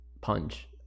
punch